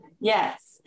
Yes